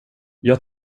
jag